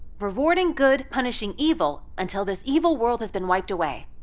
rewarding good, punishing evil until this evil world has been wiped away.